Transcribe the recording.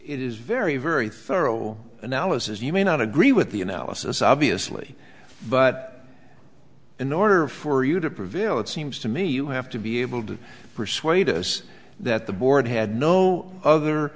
it is very very thorough analysis you may not agree with the analysis obviously but in order for you to prevail it seems to me you have to be able to persuade us that the board had no other